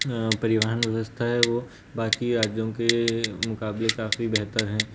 परिवहन व्यवस्था है वो बाकी राज्यों के मुकाबले काफ़ी बेहतर है